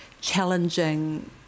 challenging